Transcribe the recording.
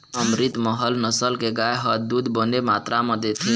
अमरितमहल नसल के गाय ह दूद बने मातरा म देथे